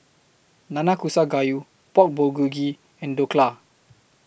Nanakusa Gayu Pork Bulgogi and Dhokla